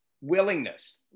willingness